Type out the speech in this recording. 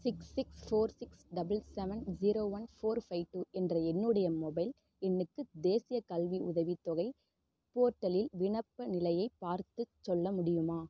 six six four six double seven zero one four five two என்ற என்னுடைய mobile எண்ணுக்கு தேசியக்கல்வி உதவித்தொகை போர்ட்டலில் விண்ணப்ப நிலையைப் பார்த்துச் சொல்ல முடியுமா